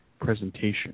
presentation